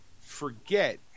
forget